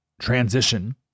transition